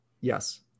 Yes